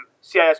CIS